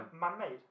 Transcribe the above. Man-made